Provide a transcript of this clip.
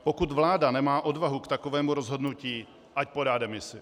Pokud vláda nemá odvahu k takovému rozhodnutí, ať podá demisi.